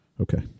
Okay